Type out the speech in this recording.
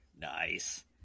Nice